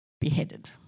beheaded